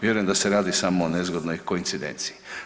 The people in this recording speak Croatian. Vjerujem da se radi samo o nezgodnoj koincidenciji.